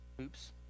Oops